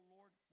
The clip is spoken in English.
Lord